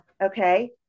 okay